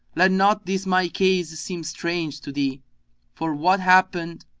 let not this my case seem strange to thee for what happened,